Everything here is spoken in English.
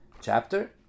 chapter